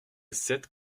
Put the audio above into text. sept